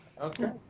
Okay